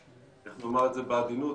איך נאמר את זה בעדינות?